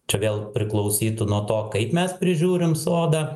čia vėl priklausytų nuo to kaip mes prižiūrim sodą